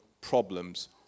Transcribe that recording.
problems